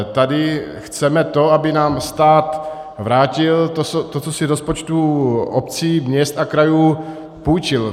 Tady chceme to, aby nám stát vrátil to, co si z rozpočtů obcí, měst a krajů půjčil.